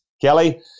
Kelly